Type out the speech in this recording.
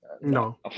No